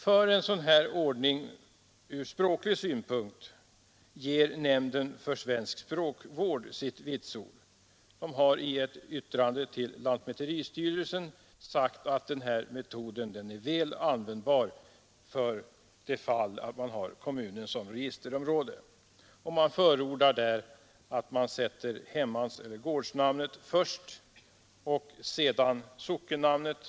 För en sådan här ordning ger Nämnden för svensk språkvård sitt vitsord när det gäller den språkliga synpunkten. Nämnden har i ett yttrande till lantmäteristyrelsen sagt att den här metoden är väl användbar för det fall man har kommunen som registerområde. Nämnden förordar att man sätter hemmansnamnet eller gårdsnamnet först och sedan sockennamnet.